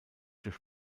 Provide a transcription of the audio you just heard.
durch